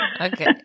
Okay